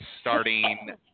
starting